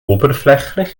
oberflächlich